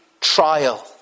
trial